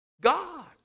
God